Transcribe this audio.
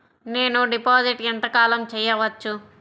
నేను డిపాజిట్ ఎంత కాలం చెయ్యవచ్చు?